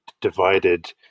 divided